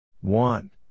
one